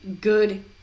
good